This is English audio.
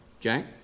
Jack